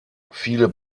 viele